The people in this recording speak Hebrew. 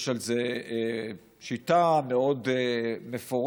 יש לזה שיטה מאוד מפורטת: